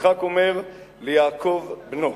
יצחק אומר ליעקב בנו: